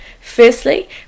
Firstly